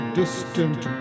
distant